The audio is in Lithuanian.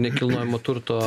nekilnojamo turto